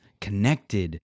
connected